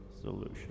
solution